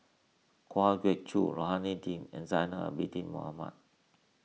Kwa Geok Choo Rohani Din and Zainal Abidin Ahmad